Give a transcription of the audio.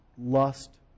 lust